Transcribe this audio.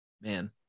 man